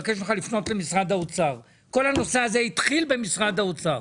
כל הנושא הזה התחיל במשרד האוצר,